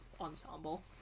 ensemble